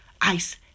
ice